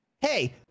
hey